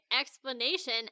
explanation